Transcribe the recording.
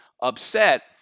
upset